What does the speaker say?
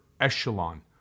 echelon